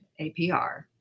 APR